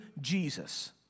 Jesus